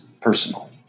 personal